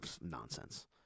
nonsense